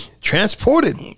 Transported